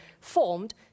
formed